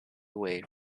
away